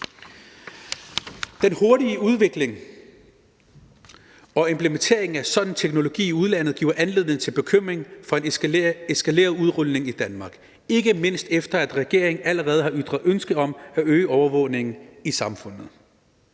Den hurtige udvikling og implementeringen af en sådan teknologi i udlandet giver anledning til bekymring for en eskaleret udrulning i Danmark, ikke mindst efter at regeringen allerede har ytret ønske om at øge overvågningen i samfundet.